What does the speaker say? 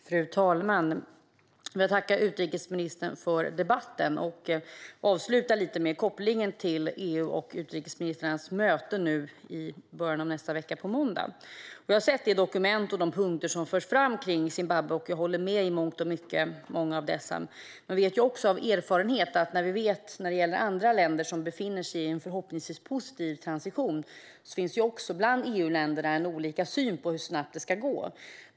Fru talman! Jag tackar utrikesministern för debatten. Jag avslutar lite med kopplingen till EU och utrikesministrarnas möte i början av nästa vecka - på måndag. Jag har sett i dokument de punkter som förs fram om Zimbabwe, och jag håller i mångt och mycket med om många av dessa punkter. Men jag vet av erfarenhet från andra länder som befinner sig i en förhoppningsvis positiv transition att det bland EU-länderna finns olika syn på hur snabbt arbetet ska gå.